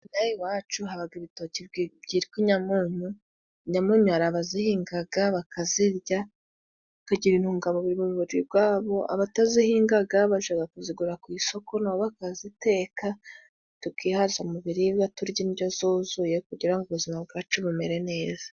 Inaha iwacu habaga ibitoki byitwaga inyamunyu, inyamunyu bazihingaga bakazirya. Tugira intungamubiri mu mubiri gwabo, abatazihingaga bajaga kuzigura ku isoko nabo bakazitekaga, tukihaza mu biribwa. Turya indyo yuzuye kugira ubuzima bwacu bumere neza.